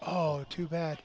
oh too bad